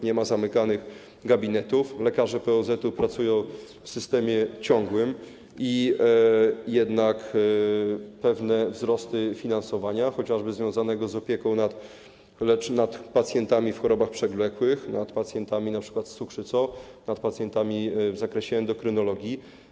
Nie ma zamykanych gabinetów, lekarze POZ pracują w systemie ciągłym i jednak są pewne wzrosty finansowania, chociażby związanego z opieką nad pacjentami z chorobami przewlekłymi, nad pacjentami np. z cukrzycą, nad pacjentami w zakresie endokrynologii.